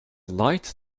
light